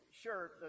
sure